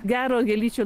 gero gėlyčių